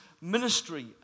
ministry